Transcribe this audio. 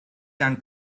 and